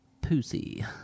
pussy